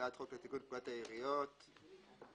הצעת חוק לתיקון פקודת העיריות (מס' ...),